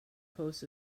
hosts